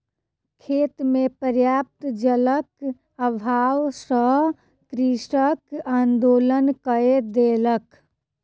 खेत मे पर्याप्त जलक अभाव सॅ कृषक आंदोलन कय देलक